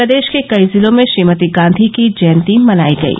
प्रदेश के कई जिलों में श्रीमती गांधी की जयंती मनाई गयी